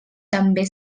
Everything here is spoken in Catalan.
també